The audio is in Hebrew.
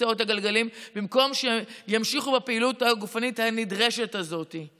לכיסאות הגלגלים במקום שימשיכו בפעילות הגופנית הנדרשת הזאת.